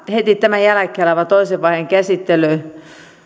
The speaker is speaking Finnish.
heti tämän jälkeen alkava toisen vaiheen käsittely